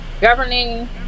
Governing